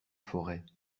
forêt